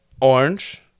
Orange